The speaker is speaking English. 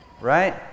right